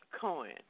Cohen